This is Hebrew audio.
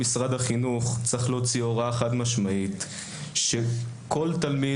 משרד החינוך צריך להוציא הוראה חד-משמעית שכל תלמיד,